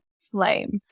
flame